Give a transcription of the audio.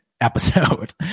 episode